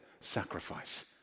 sacrifice